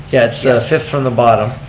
yeah it's fifth from the bottom.